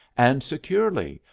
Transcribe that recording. and securely.